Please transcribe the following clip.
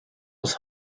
was